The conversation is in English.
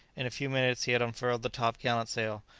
in a few minutes he had unfurled the top-gallant-sail,